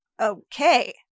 Okay